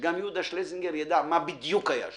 שגם יהודה שלזינגר ידע מה בדיוק היה שם,